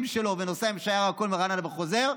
שלו ונוסע עם שיירה כל יום מרעננה וחוזר,